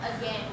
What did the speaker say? Again